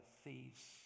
thieves